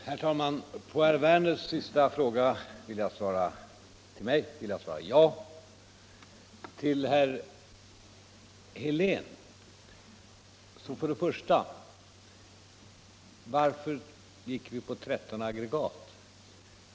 Herr talman! På herr Werners sista fråga till mig vill jag svara ja. Herr Heléns första fråga till mig var varför vi gick på 13 aggregat.